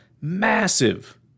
massive